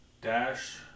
dash